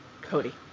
Cody